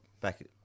back